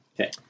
Okay